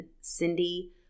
Cindy